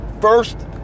first